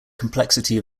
complexity